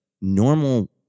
normal